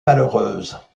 malheureuses